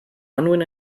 unwin